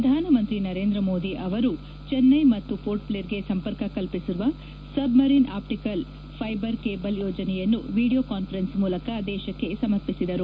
ಪ್ರಧಾನಮಂತ್ರಿ ನರೇಂದ್ರ ಮೋದಿ ಅವರು ಚೆನ್ನೈ ಮತ್ತು ಮೋರ್ಟ್ಬ್ಲೇರ್ಗೆ ಸಂಪರ್ಕ ಕಲ್ಪಿಸುವ ಸಬ್ಮರೀನ್ ಆಪ್ಟಿಕಲ್ ಫೈಬರ್ ಕೇಬಲ್ ಯೋಜನೆಯನ್ನು ವೀಡಿಯೊ ಕಾನ್ಫರೆನ್ಸ್ ಮೂಲಕ ದೇಶಕ್ಕೆ ಸಮರ್ಪಿಸಿದರು